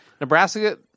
Nebraska